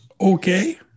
Okay